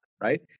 Right